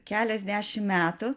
keliasdešim metų